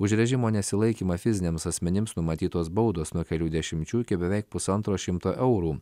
už režimo nesilaikymą fiziniams asmenims numatytos baudos nuo kelių dešimčių iki beveik pusantro šimto eurų